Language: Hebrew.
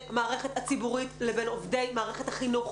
המערכת הציבורית לבין עובדי מערכת החינוך,